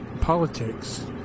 politics